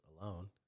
alone